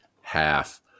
half